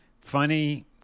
Funny